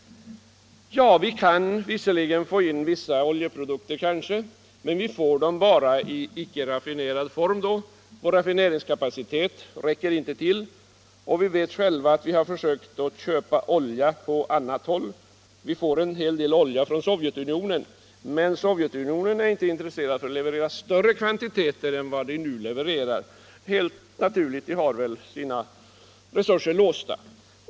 Ja, vi kan visserligen få in vissa oljeprodukter men bara i icke raffinerad form. Vår egen raffineringskapacitet räcker inte till. Alla vet att vi har försökt köpa olja på annat håll. Vi får t.ex. en hel del olja från Sovjet, men Sovjet är inte intresserat av att leverera några större kvantiteter än för närvarande. Man har väl helt naturligt sina resurser låsta.